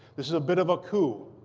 this is a bit of a coup.